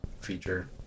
feature